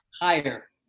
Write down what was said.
higher